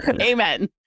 Amen